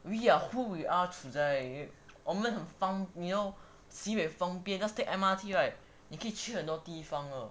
we are who we are today 我们很方便 you know sibeh 方便 just take M_R_T right 你可以去很多地方了:ni ke yi qu hen duo di fangle